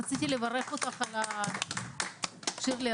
שירלי,